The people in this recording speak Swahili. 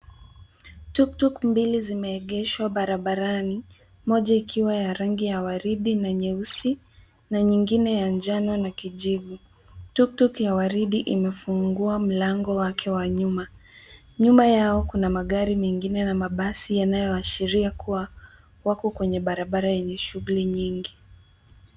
Tuktuk mbili zimeegeshwa barabarani moja ikiwa ya rangi ya ua ridi na nyeusi na nyingine ya njano na kijivu. Tuktuk ya ua ridi imefungua mlango wake wa nyuma. Nyuma yao, kuna magari mengine na mabasi yanayoashiria kuwa wako kwenye barabara yenye shughuli nyingi.